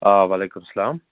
آ وعلیکُم سَلام